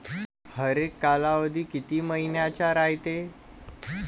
हरेक कालावधी किती मइन्याचा रायते?